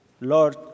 Lord